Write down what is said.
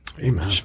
Amen